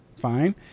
fine